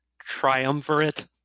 Triumvirate